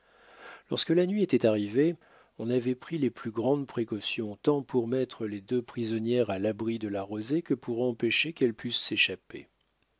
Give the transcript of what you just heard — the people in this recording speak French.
lorsque la nuit était arrivée on avait pris les plus grandes précautions tant pour mettre les deux prisonnières à l'abri de la rosée que pour empêcher qu'elles pussent s'échapper